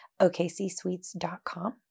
OKCSweets.com